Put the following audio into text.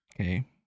Okay